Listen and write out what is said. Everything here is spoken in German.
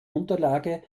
unterlage